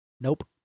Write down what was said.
Nope